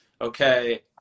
okay